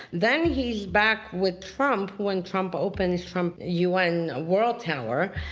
then he's back with trump when trump opens trump u. n. world tower,